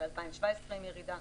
אחרי 2017 עם ירידה.